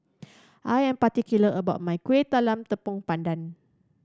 I am particular about my Kuih Talam Tepong Pandan